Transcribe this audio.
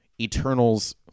Eternals